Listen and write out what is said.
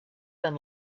than